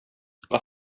vad